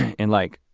and like,